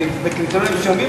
בקריטריונים מסוימים,